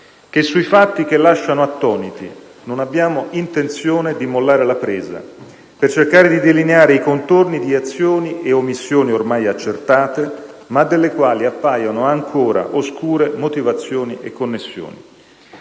che sui fatti, che lasciano attoniti, non abbiamo intenzione di mollare la presa per cercare di delineare i contorni di azioni ed omissioni ormai accertate, ma delle quali appaiono ancora oscure motivazioni e connessioni.